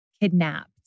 kidnapped